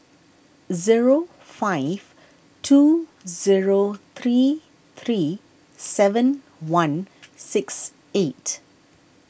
zero five two zero three three seven one six eight